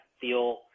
feel